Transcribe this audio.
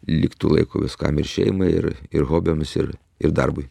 liktų laiko viskam ir šeimai ir ir hobiams ir ir darbui